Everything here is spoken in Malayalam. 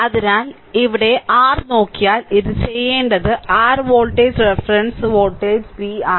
അതിനാൽ ഇവിടെ r നോക്കിയാൽ ഇത് ചെയ്യേണ്ടത് r voltage reference voltage v1 ആണ്